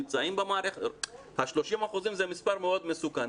ה-30% זה מספר מאוד מסוכן.